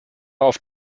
auf